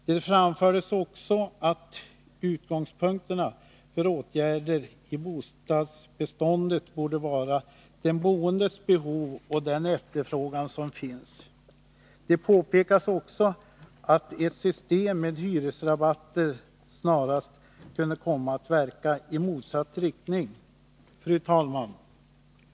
Det framfördes också att utgångspunkten för åtgärder i bostadsbeståndet borde vara de boendes behov och den efterfrågan som finns. Det påpekades också att ett system med hyresrabatter snarast kunde komma att verka i motsatt riktning. Fru talman!